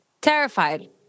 Terrified